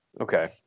Okay